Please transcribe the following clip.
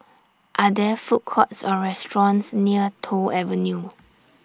Are There Food Courts Or restaurants near Toh Avenue